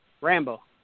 Rambo